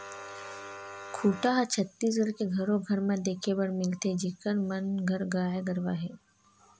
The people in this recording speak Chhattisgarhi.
खूटा ह छत्तीसगढ़ के घरो घर म देखे बर मिलथे जिखर मन घर गाय गरुवा हे